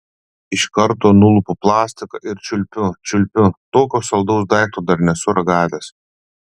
iš karto nulupu plastiką ir čiulpiu čiulpiu tokio saldaus daikto dar nesu ragavęs